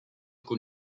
con